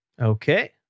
okay